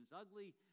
ugly